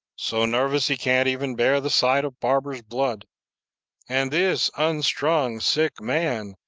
so nervous he can't even bear the sight of barber's blood and this unstrung, sick man,